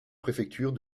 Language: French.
préfecture